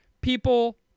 people